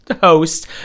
host